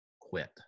quit